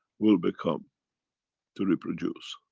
will become to reproduce.